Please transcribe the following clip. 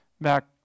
back